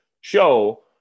show